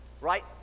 right